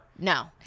No